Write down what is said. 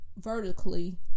vertically